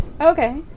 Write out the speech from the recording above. Okay